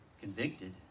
convicted